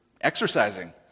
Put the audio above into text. exercising